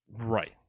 Right